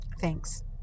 Thanks